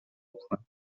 okna